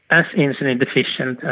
as insulin deficient